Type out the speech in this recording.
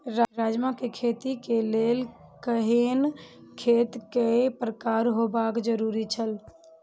राजमा के खेती के लेल केहेन खेत केय प्रकार होबाक जरुरी छल?